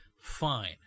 fine